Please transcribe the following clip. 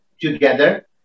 together